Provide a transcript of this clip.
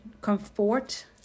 comfort